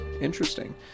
Interesting